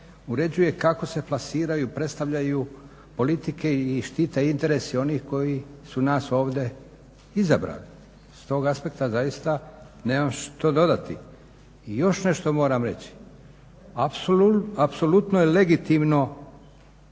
uređuje kako se plasiraju, predstavljaju politike i štite interesi onih koji su nas ovdje izabrali. S tog aspekta nemam što dodati. I još nešto moram reći. Apsolutno je legitimno